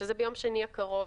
שזה ביום שני הקרוב.